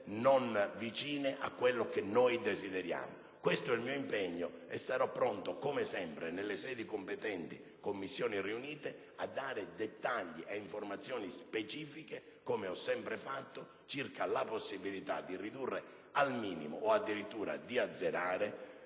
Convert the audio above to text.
lontane da quello che noi desideriamo. Questo è il mio impegno e sarò pronto, come sempre, nelle sedi competenti (come le Commissioni riunite) a dare dettagli e informazioni specifiche, come ho sempre fatto, circa la possibilità di ridurre al minimo o addirittura di azzerare